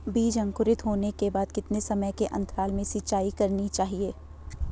बीज अंकुरित होने के बाद कितने समय के अंतराल में सिंचाई करनी चाहिए?